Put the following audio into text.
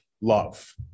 love